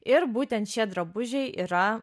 ir būtent šie drabužiai yra